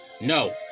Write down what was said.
no